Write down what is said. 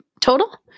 total